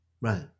Right